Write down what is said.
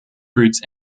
fruits